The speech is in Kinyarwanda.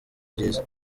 byiza